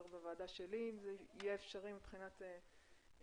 בוועדה שלי אם זה יהיה אפשרי מבחינת הכנסת.